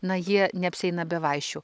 na jie neapsieina be vaišių